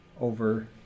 over